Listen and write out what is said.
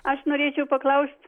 aš norėčiau paklaust